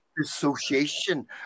association